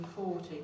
1940